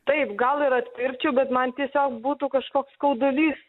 taip gal ir atpirkčiau bet man tiesiog būtų kažkoks skaudulys